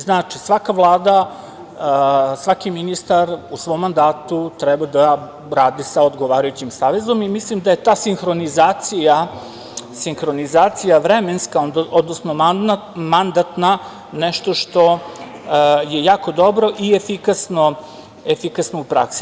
Znači, svaka Vlada, svaki ministar u svom mandatu treba da radi sa odgovarajućim savetom i mislim da je ta sinhronizacija vremenska, odnosno mandatna nešto što je jako dobro i efikasno u praksi.